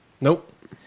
Nope